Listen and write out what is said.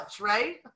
right